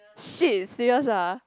shit serious ah